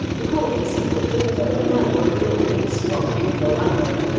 the court would see that john doe had a real lease from you, the landowner,